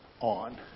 on